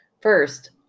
First